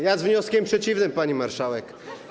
Ja z wnioskiem przeciwnym, pani marszałek.